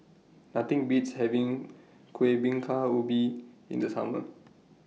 Nothing Beats having Kueh Bingka Ubi in The Summer